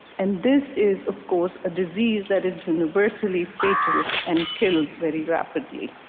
and this is, of course, a disease that is universally fatal and kills very rapidly.